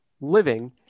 living